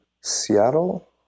Seattle